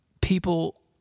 People